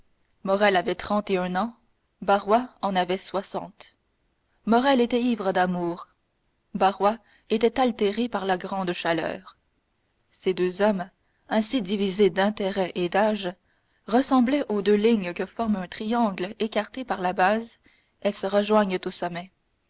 morrel avait trente et un ans barrois en avait soixante morrel était ivre d'amour barrois était altéré par la grande chaleur ces deux hommes ainsi divisés d'intérêts et d'âge ressemblaient aux deux lignes que forme un triangle écartées par la base elles se rejoignent au sommet